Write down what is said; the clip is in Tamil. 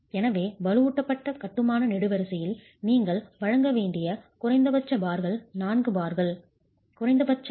எனவே வலுவூட்டப்பட்ட கட்டுமான நெடுவரிசையில் நீங்கள் வழங்க வேண்டிய குறைந்தபட்ச பார்கள் 4 பார்கள் குறைந்தபட்ச சதவீதம் 0